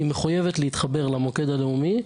היא מחויבת להתחבר למוקד הלאומי,